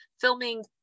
filming